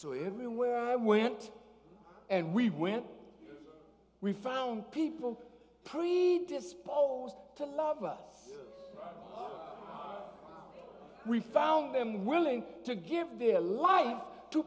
so everywhere we went and we went we found people predisposed to love us we found them willing to give their life to